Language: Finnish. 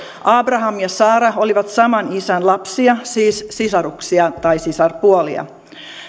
abraham ja saara olivat saman isän lapsia siis sisaruksia tai sisarpuolia